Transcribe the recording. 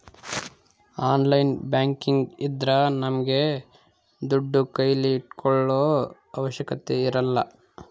online banking ಇದ್ರ ನಮ್ಗೆ ದುಡ್ಡು ಕೈಲಿ ಇಟ್ಕೊಳೋ ಅವಶ್ಯಕತೆ ಇರಲ್ಲ